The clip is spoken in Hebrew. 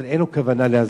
אבל אין לו כוונה להזיק.